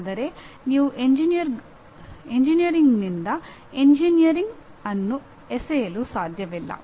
ಆದರೆ ನೀವು ಎಂಜಿನಿಯರಿಂಗ್ನಿಂದ ಎಂಜಿನಿಯರಿಂಗ್ ಅನ್ನು ಎಸೆಯಲು ಸಾಧ್ಯವಿಲ್ಲ